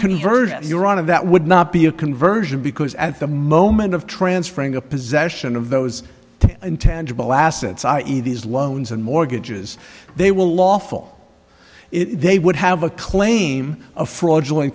conversion you're out of that would not be a conversion because at the moment of transferring the possession of those intangible assets i e these loans and mortgages they will lawful it they would have a claim of fraudulent